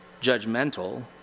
judgmental